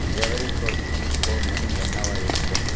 Ivory கோஸ்ட்டில் இப்போது மணி என்னவாக இருக்கும்